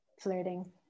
Flirting